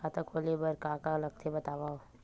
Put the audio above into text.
खाता खोले बार का का लगथे बतावव?